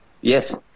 Yes